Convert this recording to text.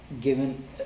Given